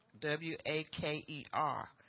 W-A-K-E-R